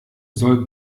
soll